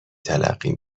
تلقی